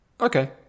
okay